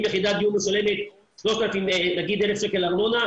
אם יחידת דיור משלמת למשל 1,000 שקלים ארנונה,